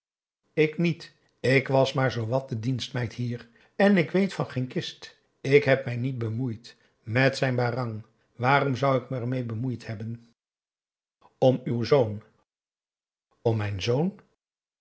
ik niet ik was maar zoowat de dienstmeid hier en ik weet van geen kist ik heb mij niet bemoeid met zijn barang waarom zou ik me ermee bemoeid hebben m uw zoon om mijn zoon